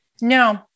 No